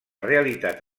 realitat